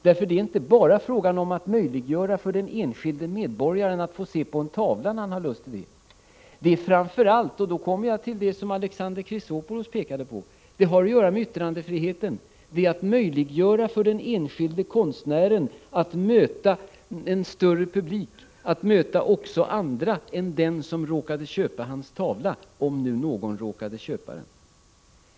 Det är nämligen inte bara fråga om att möjliggöra för den enskilde medborgaren att se på en tavla när han har lust till det. Det har framför allt — och då kommer jag till det som Alexander Chrisopoulos pekade på — att göra med yttrandefriheten. Det är fråga om att möjliggöra för den enskilde konstnären att möta en större publik, att möta också andra än den som råkade köpa hans tavla — om nu någon råkade köpa den.